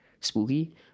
spooky